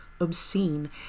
obscene